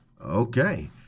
Okay